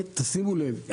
שימו לב,